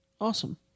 Awesome